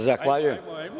Zahvaljujem.